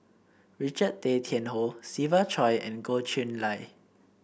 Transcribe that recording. Richard Tay Tian Hoe Siva Choy and Goh Chiew Lye